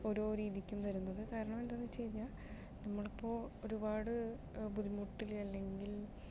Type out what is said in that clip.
ഓരോ രീതിക്കും വരുന്നത് കാരണം എന്താന്ന് വെച്ച് കഴിഞ്ഞാൽ നമ്മളിപ്പോൾ ഒരുപാട് ബുദ്ധിമുട്ടില് അല്ലെങ്കിൽ